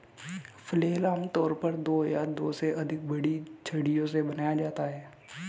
flail आमतौर पर दो या दो से अधिक बड़ी छड़ियों से बनाया जाता है